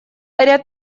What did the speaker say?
ряд